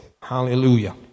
Hallelujah